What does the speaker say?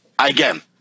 Again